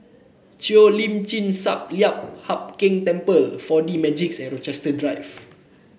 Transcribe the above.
Cheo Lim Chin Sun Lian Hup Keng Temple Four D Magix and Rochester Drive